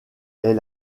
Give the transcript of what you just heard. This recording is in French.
est